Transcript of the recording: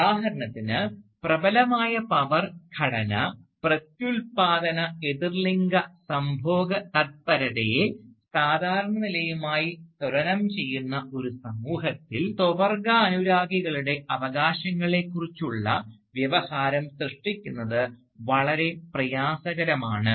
ഉദാഹരണത്തിന് പ്രബലമായ പവർ ഘടന പ്രത്യുത്പാദന എതിർലിംഗ സംഭോഗതത്പരതയെ സാധാരണ നിലയുമായി തുലനം ചെയ്യുന്ന ഒരു സമൂഹത്തിൽ സ്വവർഗാനുരാഗികളുടെ അവകാശങ്ങളെക്കുറിച്ച് ഉള്ള വ്യവഹാരം സൃഷ്ടിക്കുന്നത് വളരെ പ്രയാസകരമാണ്